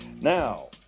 Now